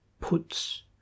puts